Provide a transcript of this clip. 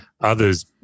Others